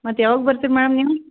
ಮತ್ತು ಯಾವಾಗ ಬರ್ತೀರಿ ಮ್ಯಾಮ್ ನೀವು